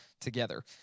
together